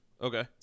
Okay